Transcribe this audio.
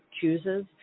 chooses